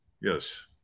Yes